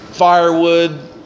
Firewood